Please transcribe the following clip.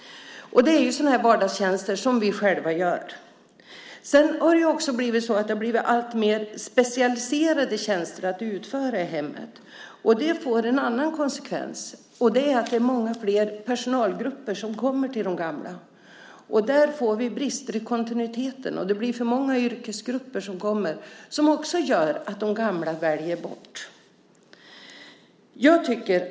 Det är sådana vardagstjänster som vi själva gör. Det har blivit alltmer specialiserade tjänster att utföra i hemmet. Det får en annan konsekvens, och det är att det är många flera personalgrupper som kommer till de gamla. Där får vi brist i kontinuiteten. Det är för många yrkesgrupper som kommer, vilket också gör att de gamla väljer bort det.